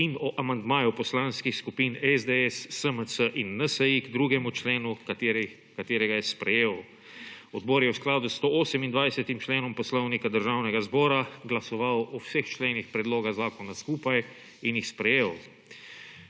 in o amandmaju poslanskih skupin SDS, SMC in NSi k 2. členu, ki ga je sprejel. Odbor je v skladu s 128. členom Poslovnika Državnega zbora glasoval o vseh členih predloga zakona skupaj in jih sprejel.